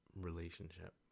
relationship